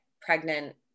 pregnant